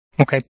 Okay